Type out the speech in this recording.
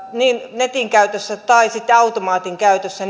netin käytössä tai sitten automaatin käytössä